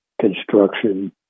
construction